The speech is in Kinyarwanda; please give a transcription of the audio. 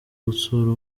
gutsura